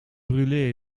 brûlée